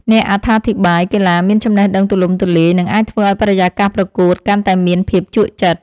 អ្នកអត្ថាធិប្បាយកីឡាមានចំណេះដឹងទូលំទូលាយ និងអាចធ្វើឱ្យបរិយាកាសប្រកួតកាន់តែមានភាពជក់ចិត្ត។